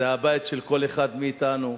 זה הבית של כל אחד מאתנו,